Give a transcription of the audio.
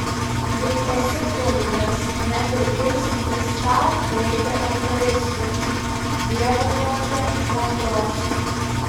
juk esi kunigas net ir ilsintis tau reikia eucharistijos dievo žodžio maldos